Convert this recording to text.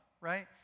right